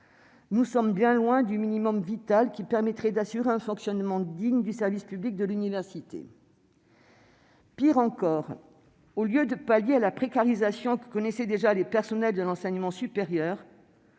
Nous sommes bien loin du minimum vital qui donnerait les moyens d'assurer un fonctionnement digne du service public de l'université. Pis encore, au lieu de pallier la précarisation que connaissent déjà les personnels de l'enseignement supérieur,